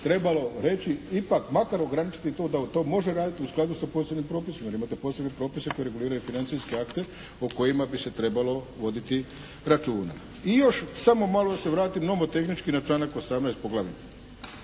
trebalo reći ipak makar ograničiti da to može raditi u skladu sa posebnim propisima jer imate posebne propise koji reguliraju financijske akte o kojima bi se trebalo voditi računa. I još samo malo se vratim nomotehnički na članak 18.